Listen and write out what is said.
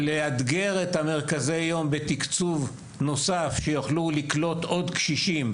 ב׳: לתגבר את מרכזי היום בתקצוב נוסף על מנת שיוכלו לקלוט עוד קשישים,